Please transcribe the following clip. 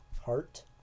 Heart